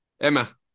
Emma